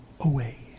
Away